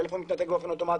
הטלפון מתנתק באופן אוטומטי.